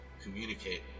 communicate